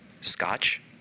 scotch